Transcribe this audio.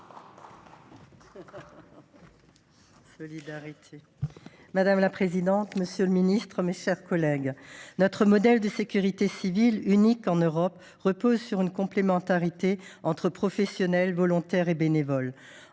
Madame la présidente, monsieur le ministre, mes chers collègues, notre modèle de sécurité civile, unique en Europe, repose sur une complémentarité entre professionnels, volontaires et bénévoles.